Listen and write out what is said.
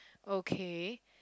okay